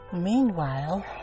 Meanwhile